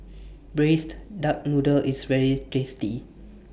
Braised Duck Noodle IS very tasty